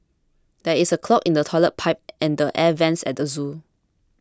there is a clog in the Toilet Pipe and the Air Vents at the zoo